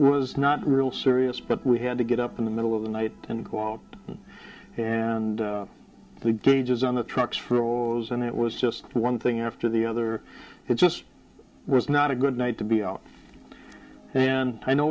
was not real serious but we had to get up in the middle of the night and go out and the dangers on the trucks froze and it was just one thing after the other it just was not a good night to be out and i know